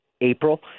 April